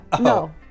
No